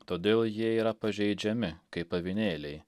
todėl jie yra pažeidžiami kaip avinėliai